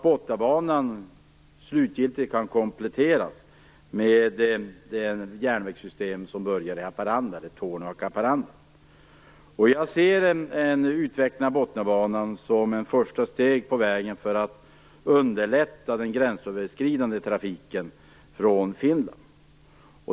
Botniabanan kan slutgiltigt kompletteras med det järnvägssystem som börjar i Torneå och Jag ser en utveckling av Botniabanan som ett första steg på vägen mot att underlätta den gränsöverskridande Finlandstrafiken.